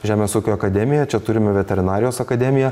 žemės ūkio akademiją čia turim veterinarijos akademiją